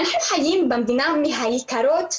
אנחנו חיים במדינה מהיקרות בעולם.